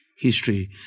history